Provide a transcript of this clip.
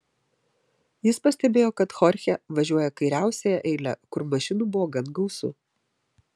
jis pastebėjo kad chorchė važiuoja kairiausiąja eile kur mašinų buvo gan gausu